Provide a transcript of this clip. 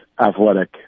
athletic